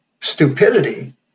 stupidity